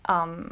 um